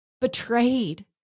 betrayed